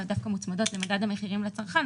אלא דווקא מוצמדות למדד המחירים לצרכן,